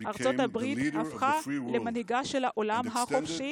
ארצות הברית הפכה למנהיגה של העולם החופשי